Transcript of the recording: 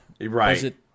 right